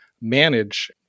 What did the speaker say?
manage